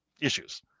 issues